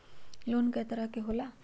Loan कय तरह के होला?